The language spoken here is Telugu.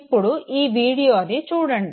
ఇప్పుడు ఈ వీడియోను చూడండి